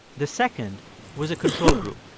the second was a control group.